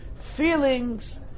feelings